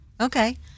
okay